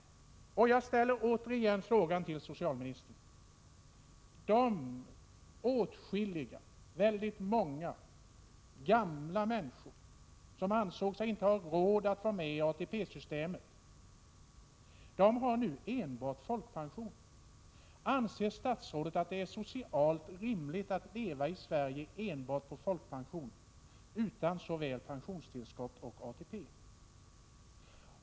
Jag ställer återigen följande fråga till socialministern, med tanke på att väldigt många gamla människor, som inte ansåg sig ha råd att vara med i ATP-systemet, nu enbart har folkpension: Anser statsrådet att det är socialt rimligt att människor i Sverige skall leva enbart på folkpension utan vare sig pensionstillskott eller ATP?